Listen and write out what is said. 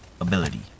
ability